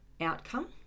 outcome